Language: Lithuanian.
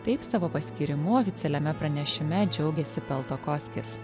taip savo paskyrimu oficialiame pranešime džiaugėsi peltokoskis